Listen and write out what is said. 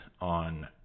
on